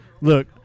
Look